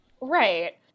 Right